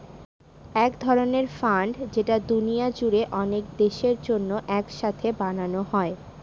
এক ধরনের ফান্ড যেটা দুনিয়া জুড়ে অনেক দেশের জন্য এক সাথে বানানো হয়